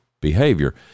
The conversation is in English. behavior